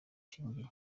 ashingiye